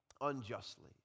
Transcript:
unjustly